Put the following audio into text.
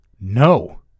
No